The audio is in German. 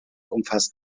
umfasst